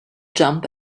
jump